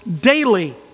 daily